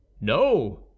no